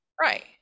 right